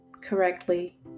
correctly